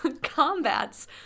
combats